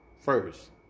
First